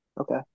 Okay